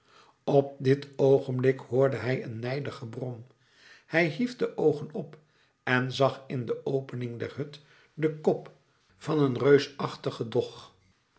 op dit oogenblik hoorde hij een nijdig gebrom hij hief de oogen op en zag in de opening der hut den kop van een reusachtigen